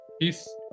peace